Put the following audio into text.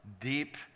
deep